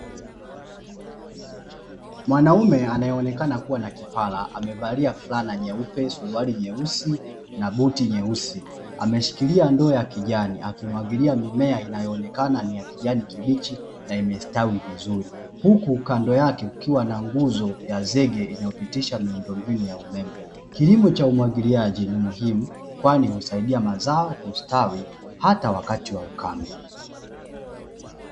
Mwanaume anayeonekana kuwa na kipara amevalia fulana nyeupe suruwali nyeusi na buti nyeusi, ameshikilia ndoo ya kijani akimwagilia mimea inayoonekana ni kijani kibaichi na imestawi vizuri, huku kando yake kukiwa na nguzo ya zege inayopitisha miundo mbinu ya umeme, kilimo cha umwagiliaji ni muhimu kwani usahidia mazao kustawi ata wakati wa ukame.